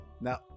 Now